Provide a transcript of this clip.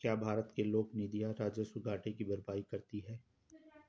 क्या भारत के लोक निधियां राजस्व घाटे की भरपाई करती हैं?